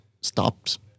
stopped